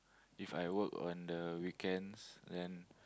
If I work on the weekends then